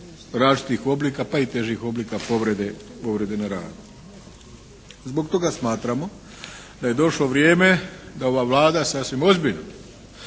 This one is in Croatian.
različitih oblika pa i težih oblika povrede na radu. Zbog toga smatramo da je došlo vrijeme da ova Vlada sasvim ozbiljno